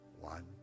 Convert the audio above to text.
One